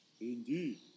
Indeed